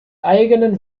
eigenen